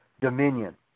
dominion